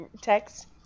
text